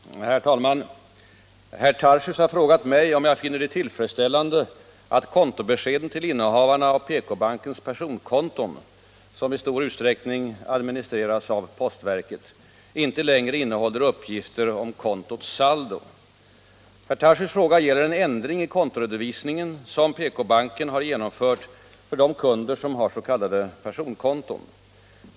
230, och anförde: Herr talman! Herr Tarschys har frågat mig om jag finner det tillfredsställande att kontobeskeden till innehavarna av PK-bankens personkon ton — som i stor utsträckning administreras av postverket — inte längre innehåller uppgifter om kontots saldo. Herr Tarschys fråga gäller en ändring i kontoredovisningen som PK banken har genomfört för de kunder som har ss.k. personkonton.